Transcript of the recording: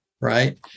Right